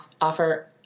offer